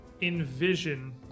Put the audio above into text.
envision